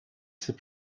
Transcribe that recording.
ces